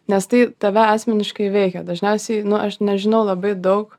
nes tai tave asmeniškai veikia dažniausiai nu aš nežinau labai daug